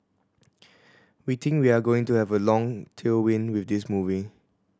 we think we are going to have a long tailwind with this movie